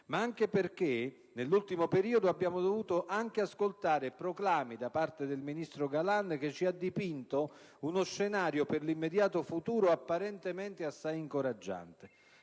ma anche perché nell'ultimo periodo abbiamo dovuto anche ascoltare proclami da parte del ministro Galan che ci ha dipinto uno scenario per l'immediato futuro apparentemente assai incoraggiante.